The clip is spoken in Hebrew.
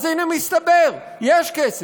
אז הנה מסתבר, יש כסף,